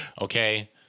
Okay